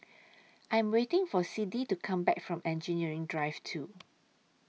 I Am waiting For Siddie to Come Back from Engineering Drive two